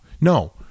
No